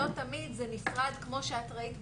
לא תמיד זה נפרד כמו שאת ראית.